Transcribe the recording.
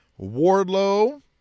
Wardlow